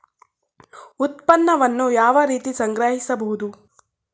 ಉತ್ಪನ್ನವನ್ನು ಯಾವ ರೀತಿ ಸಂಗ್ರಹಿಸಬಹುದು?